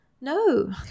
No